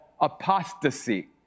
apostasy